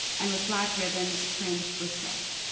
and with black ribbons fringed with silk.